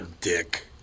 dick